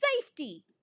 safety